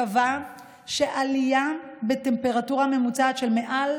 קבעו שעלייה בטמפרטורה ממוצעת של מעל